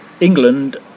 England